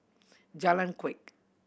Jalan Kuak